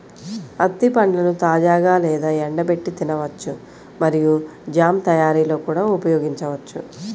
అత్తి పండ్లను తాజాగా లేదా ఎండబెట్టి తినవచ్చు మరియు జామ్ తయారీలో కూడా ఉపయోగించవచ్చు